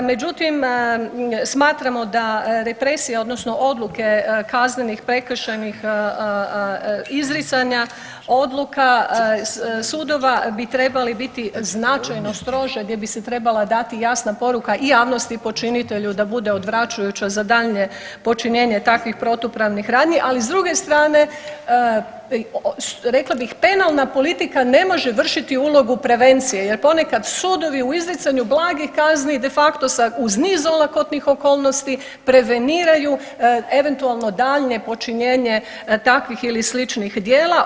Međutim, smatramo da represija odnosno odluke kaznenih prekršajnih izricanja odluka sudova bi trebali biti značajno strože gdje bi se trebala dati jasna poruka i javnosti i počinitelju da bude odvračujuća za daljnje počinjenje takvih protupravnih radnji, ali s druge strane rekla bih penalna politika ne može vršiti ulogu prevencije jer ponekad sudovi u izricanju blage kazne de facto uz niz olakotnih okolnosti preveniraju eventualno daljnje počinjenje takvih ili sličnih djela.